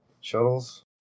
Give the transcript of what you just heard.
shuttles